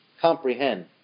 comprehend